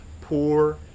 poor